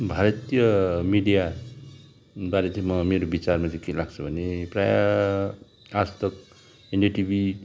भारतीय मिडिया बारे चाहिँ म मेरो बिचारमा चाहिँ के लाग्छ भने प्रायः आजतक एनडिटिभी